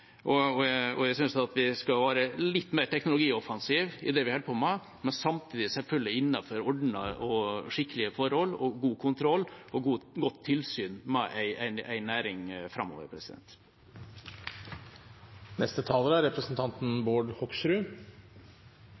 og jeg synes at vi skal være litt mer teknologioffensive i det vi holder på med, men samtidig selvfølgelig innenfor ordnede og skikkelige forhold og med god kontroll og godt tilsyn med en næring framover. Det er i hvert fall ikke tvil om at dette er